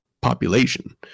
population